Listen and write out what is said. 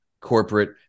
corporate